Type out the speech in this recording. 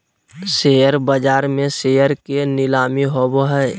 share बाज़ार में share के नीलामी होबो हइ